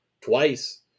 twice